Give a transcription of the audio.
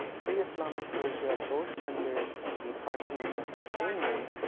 pre-islamic persia, both under the parthians and sassanians,